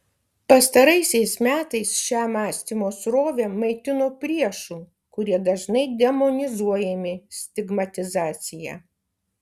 pastaraisiais metais šią mąstymo srovę maitino priešų kurie dažnai demonizuojami stigmatizacija